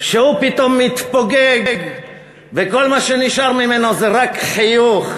שהוא פתאום מתפוגג וכל מה שנשאר ממנו זה רק חיוך.